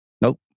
Nope